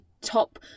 top